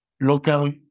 local